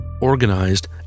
organized